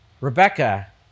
Rebecca